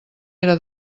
era